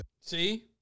See